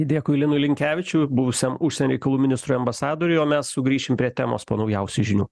dėkui linui linkevičiui buvusiam užsienio reikalų ministrui ambasadoriui o mes sugrįšim prie temos po naujausių žinių